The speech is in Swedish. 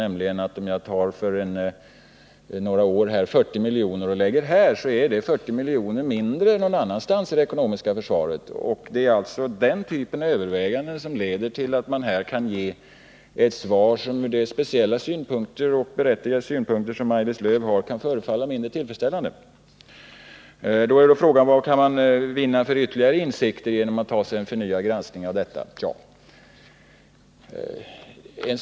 Om jag tar 40 milj.kr. och lägger på detta projekt, så är det 40 milj.kr. mindre någon annanstans i det ekonomiska försvaret. Det är alltså den typen av överväganden som leder till att man här kan ge ett svar som ur de speciella — och berättigade — synpunkter som Maj-Lis Lööw anför kan förefalla mindre tillfredsställande. Då är frågan: Vad kan man vinna för ytterligare insikter genom en förnyad granskning av detta projekt?